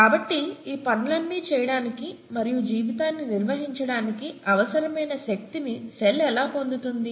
కాబట్టి ఈ పనులన్నీ చేయడానికి మరియు జీవితాన్ని నిర్వహించడానికి అవసరమైన శక్తిని సెల్ ఎలా పొందుతుంది